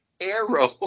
arrow